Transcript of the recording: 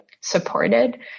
supported